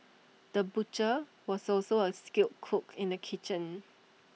the butcher was also A skilled cook in the kitchen